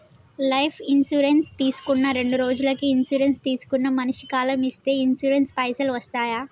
Life insurance తీసుకున్న రెండ్రోజులకి insurance తీసుకున్న మనిషి కాలం చేస్తే ఇన్సూరెన్స్ పైసల్ వస్తయా?